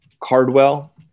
Cardwell